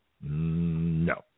No